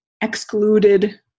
excluded